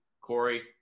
Corey